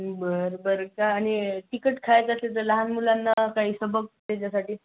बरं बरं का आणि तिखट खायचं असलं तर लहान मुलांना काही सबब त्याच्यासाठी